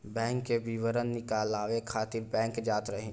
bank के विवरण निकालवावे खातिर बैंक जात रही